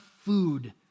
food